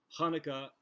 Hanukkah